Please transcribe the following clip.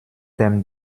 dem